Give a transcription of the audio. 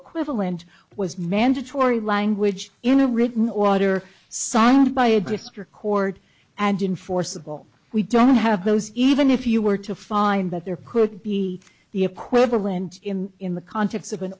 equivalent was mandatory language in a written order signed by a grifter court and in forcible we don't have those even if you were to find that there could be the equivalent in in the context of an